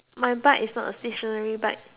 my butt is not a stationary butt